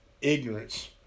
ignorance